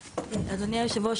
אדוני יושב הראש,